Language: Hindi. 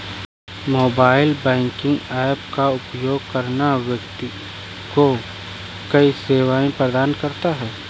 मोबाइल बैंकिंग ऐप का उपयोग करना व्यक्ति को कई सेवाएं प्रदान करता है